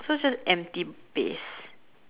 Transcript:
so it's just empty base